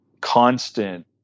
constant –